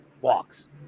walks